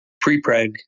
pre-preg